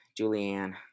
Julianne